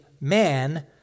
man